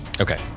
okay